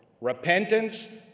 repentance